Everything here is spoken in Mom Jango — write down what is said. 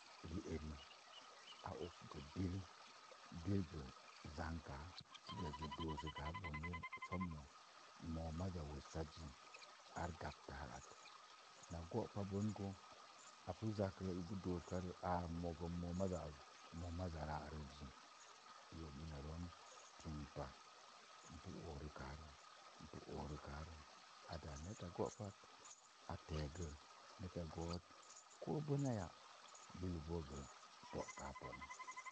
Rieri a og biko gə bil zankaa sə gə gə doosəkkga bonge moo mazza wassas zi ar gabta at, moo maza wessaz zi na gò pa bən gə a pu zak rə i pu doo səka rə moo mo maza ra'nəz zi. Tink pa n pi bori kaa rə n pu oori kaa rə a dáá neta gó pat tegə net gó'ot. ko boneya bil boo gə pó'kaa pon.